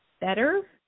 better